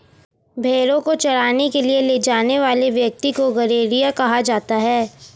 भेंड़ों को चराने के लिए ले जाने वाले व्यक्ति को गड़ेरिया कहा जाता है